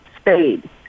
Spade